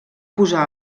posar